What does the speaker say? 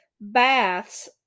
baths